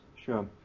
sure